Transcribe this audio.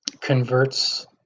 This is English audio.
converts